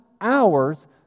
hours